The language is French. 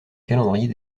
calendrier